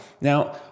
Now